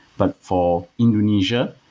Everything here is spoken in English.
but for indonesia,